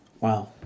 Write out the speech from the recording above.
Wow